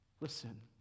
Listen